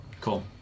cool